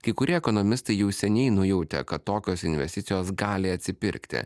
kai kurie ekonomistai jau seniai nujautė kad tokios investicijos gali atsipirkti